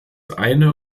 eine